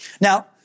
Now